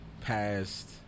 past